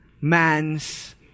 man's